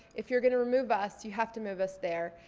if you're gonna remove us, you have to move us there.